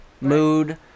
mood